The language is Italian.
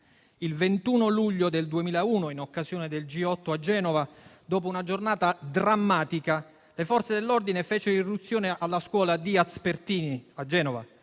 Il 21 luglio del 2001, in occasione del G8 a Genova, dopo una giornata drammatica, le Forze dell'ordine fecero irruzione alla scuola Diaz-Pertini a Genova